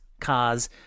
cars